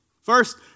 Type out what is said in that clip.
First